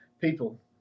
people